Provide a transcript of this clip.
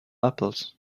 apples